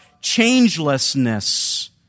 changelessness